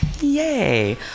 Yay